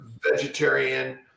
vegetarian